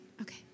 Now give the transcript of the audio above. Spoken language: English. okay